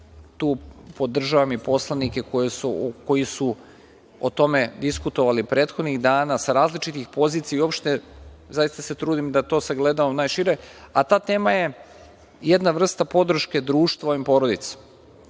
tu podržavam i poslanike koji su o tome diskutovali prethodnih dana, sa različitih pozicija i uopšte zaista se trudim da to sagledavam najšire, a ta tema je jedna vrsta podrške društva ovim porodicama.